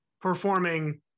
performing